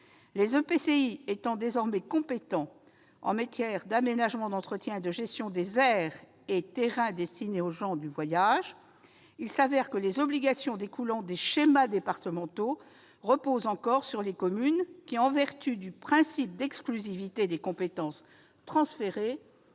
Les EPCI étant désormais compétents en matière d'aménagement, d'entretien et de gestion des aires et terrains destinés aux gens du voyage, il s'avère que les obligations découlant des schémas départementaux reposent encore sur les communes, lesquelles, en vertu du principe d'exclusivité des compétences transférées,